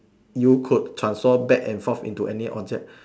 you could transform back and forth into any object